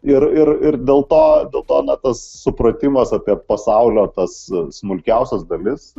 ir ir ir dėl todėl to na tas supratimas apie pasaulio tas smulkiausias dalis